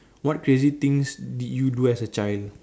what crazy things did you do as a child